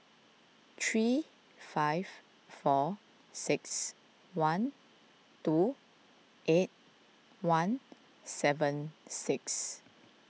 three five four six one two eight one seven six